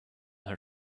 her